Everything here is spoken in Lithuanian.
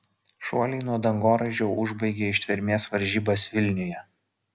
šuoliai nuo dangoraižio užbaigė ištvermės varžybas vilniuje